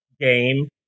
game